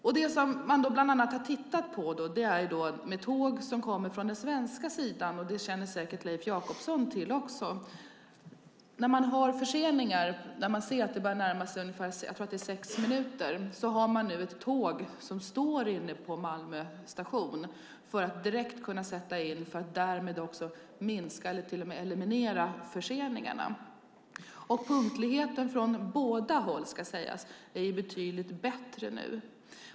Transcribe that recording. Man har bland annat tittat på tåg som kommer från den svenska sidan. Detta känner säkert också Leif Jakobsson till. När man har förseningar och ser att de börjar närma sig ungefär sex minuter har man nu ett tåg som står inne på Malmö station för att direkt kunna sätta in det och därmed minska eller till och med eliminera förseningarna. Det ska sägas att punktligheten från båda håll är betydligt bättre nu.